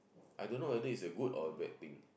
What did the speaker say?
I don't whether is a good or a bad thing